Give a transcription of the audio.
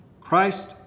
Christ